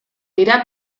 dira